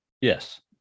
yes